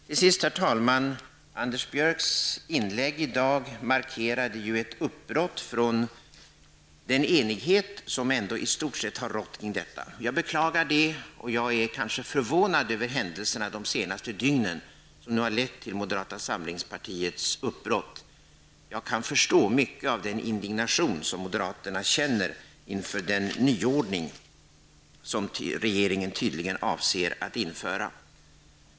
Till sist, herr talman: Anders Björcks inlägg i dag markerade ett uppbrott från den enighet som ändå i stort sett har rått i detta ärende. Jag beklagar det. Jag är kanske förvånad över händelserna de senaste dygnen, som nu lett till moderata samlingspartiets uppbrott. Jag kan förstå mycket av den indignation som moderaterna känner inför den nyordning som regeringen tydligen avser att införa.